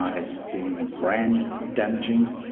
ah it's been brand damaging.